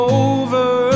over